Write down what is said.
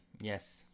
yes